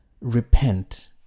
repent